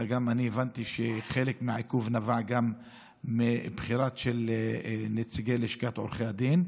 אני הבנתי שחלק מהעיכוב נבע גם מהבחירה של נציגי לשכת עורכי הדין.